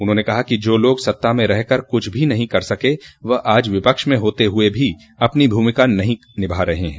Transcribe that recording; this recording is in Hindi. उन्होंने कहा कि जो लोग सत्ता में रहकर कुछ नहीं कर सके वह आज विपक्ष में होते हुए भी अपनी भूमिका नहीं निभा रहे हैं